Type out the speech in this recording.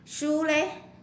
shoe leh